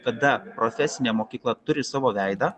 tada profesinė mokykla turi savo veidą